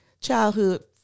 childhood